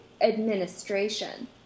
administration